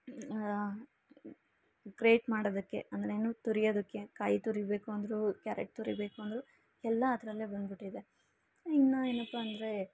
great ಮಾಡೋದಕ್ಕೆ ಅಂದರೇನು ತುರಿಯೋದುಕ್ಕೆ ಕಾಯಿ ತುರಿಬೇಕು ಅಂದರೂ ಕ್ಯಾರೆಟ್ ತುರಿಬೇಕು ಅಂದರು ಎಲ್ಲ ಅದರಲ್ಲೇ ಬಂದುಬಿಟ್ಟಿದೆ ಇನ್ನು ಏನಪ್ಪಾ ಅಂದರೆ